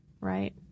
right